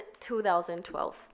2012